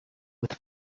with